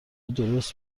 درست